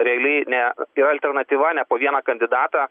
realiai ne tai yra alternatyva ne po vieną kandidatą